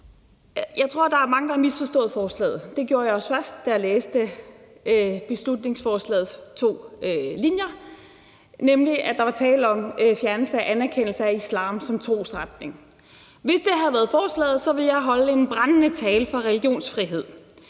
Jeg tror, at der er mange, der har misforstået forslaget. Det gjorde jeg også selv, første gang jeg læste beslutningsforslagets to linjer, nemlig på den måde, at der var tale om fjernelse af anerkendelse af islam som trosretning. Hvis det havde været forslaget, ville jeg have holdt en flammende tale for religionsfrihed